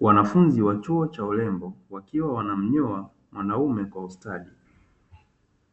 Wanafunzi wa chuo cha urembo wakiwa wanamnyoa mwanaume kwa ustadi,